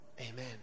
Amen